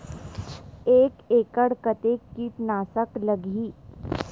एक एकड़ कतेक किट नाशक लगही?